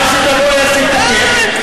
אמרת שתבואי על סיפוקך.